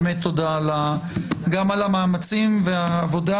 באמת תודה גם על המאמצים ועל העבודה,